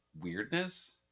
weirdness